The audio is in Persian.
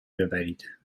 ببرید